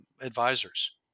advisors